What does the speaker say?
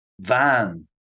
van